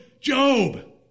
Job